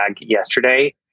yesterday